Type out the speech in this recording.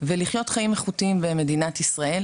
ולחיות חיים איכותיים במדינת ישראל.